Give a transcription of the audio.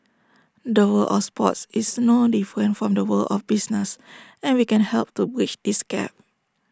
the world of sports is no different from the world of business and we can help to bridge this gap